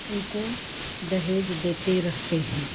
उसको दहेज देते रहते हैं